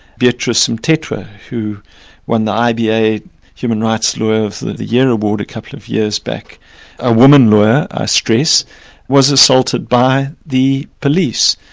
beatrice mtetwa, who won the ida human rights lawyer of the the year award a couple of years back a woman lawyer, i stress was assaulted by the police.